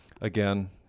again